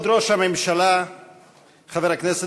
6 ראש הממשלה בנימין